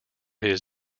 his